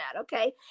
okay